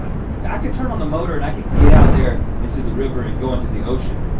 i yeah i could turn on the motor and i could get out there into the river and go into the ocean.